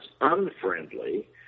unfriendly